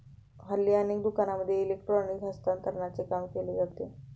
हल्ली अनेक दुकानांमध्ये इलेक्ट्रॉनिक हस्तांतरणाचे काम केले जाते